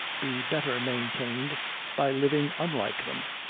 be better maintained by living unlike them.